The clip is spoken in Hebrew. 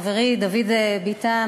חברי דוד ביטן,